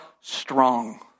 strong